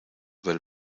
del